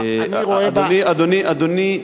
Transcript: אדוני,